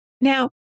Now